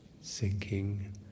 Sinking